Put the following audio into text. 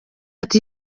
ati